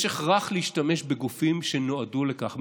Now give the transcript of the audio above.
יש הכרח להשתמש בגופים שנועדו לכך.